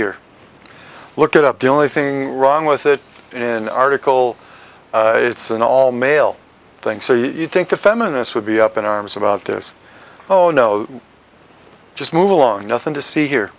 here look it up the only thing wrong with it in the article it's an all male thing so you think the feminists would be up in arms about this oh no just move along nothing to see here